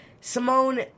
Simone